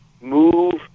move